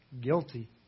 guilty